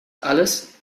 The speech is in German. alles